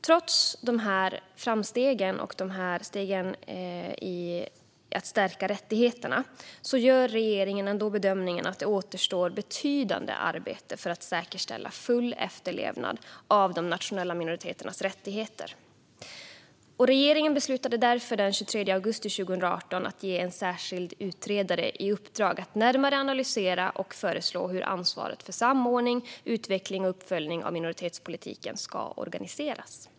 Trots de här framstegen när det gäller att stärka rättigheterna gör regeringen ändå bedömningen att det återstår betydande arbete för att säkerställa full efterlevnad av de nationella minoriteternas rättigheter. Regeringen beslutade därför den 23 augusti 2018 att ge en särskild utredare i uppdrag att närmare analysera och föreslå hur ansvaret för samordning, utveckling och uppföljning av minoritetspolitiken ska organiseras.